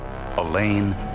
Elaine